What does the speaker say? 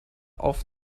auf